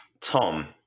Tom